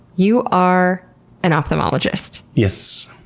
you are an ophthalmologist. yes.